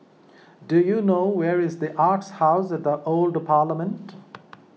do you know where is the Arts House at the Old Parliament